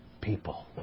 people